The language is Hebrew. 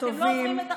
תתביישו לכם.